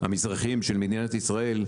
המזרחיים של מדינת ישראל,